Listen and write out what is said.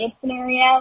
scenario